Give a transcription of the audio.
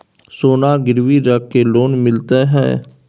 सोना गिरवी रख के लोन मिलते है?